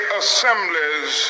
assemblies